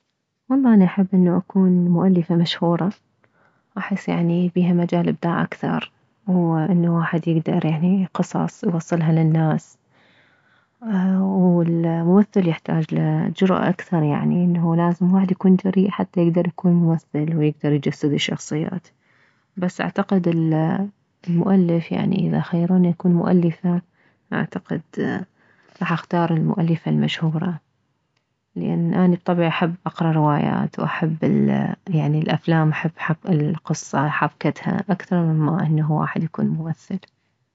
والله اني احب انه اكون مؤلفة مشهورة احس يعني بيها مجال ابداع اكثر وانه واحد يكدر انه قصص يوصلها للناس والممثل يحتاجله جراة اكثر يعني لازم الواحد يكون جريء حتى يكدر يكون ممثل ويكدر يجسد الشخصيات بس اعتقد المؤلف يعني اذا خيروني اكون مؤلفة اعتقد راح اختار المؤلفة المشهورة لان اني بطبعي احب اقره روايات واحب يعني احب الافلام احب القصة حبكتها اكثر مما انه الواحد يكون ممثل